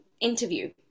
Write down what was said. interview